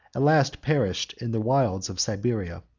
at last perished in the wilds of siberia.